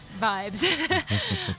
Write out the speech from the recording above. vibes